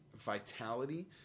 vitality